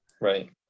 Right